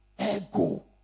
Ego